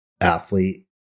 athlete